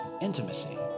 intimacy